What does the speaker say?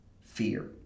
Fear